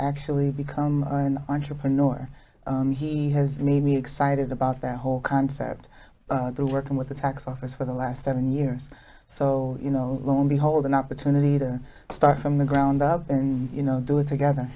actually become an entrepreneur or he has made me excited about that whole concept of the working with the tax office for the last seven years so you know own behold an opportunity to start from the ground up and you know do it together